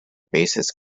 bassist